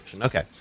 Okay